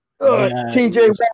TJ